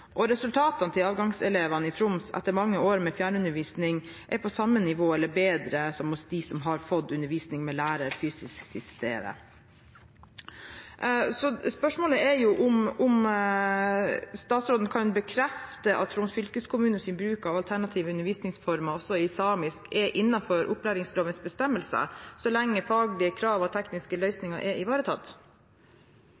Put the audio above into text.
Resultatene til avgangselevene i Troms etter mange år med fjernundervisning er på samme nivå som eller bedre enn resultatene til dem som har fått undervisning med lærer fysisk til stede. Spørsmålet er om statsråden kan bekrefte at Troms fylkeskommunes bruk av alternative undervisningsformer også i samisk er innenfor opplæringslovens bestemmelser, så lenge faglige krav og tekniske